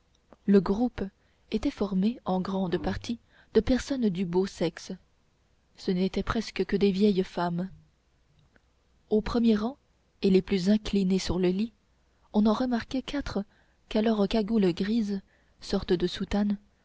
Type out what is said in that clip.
le groupe était formé en grande partie de personnes du beau sexe ce n'étaient presque que des vieilles femmes au premier rang et les plus inclinées sur le lit on en remarquait quatre qu'à leur cagoule grise sorte de soutane